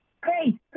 Great